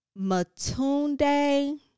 Matunde